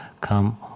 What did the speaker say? come